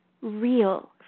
real